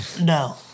No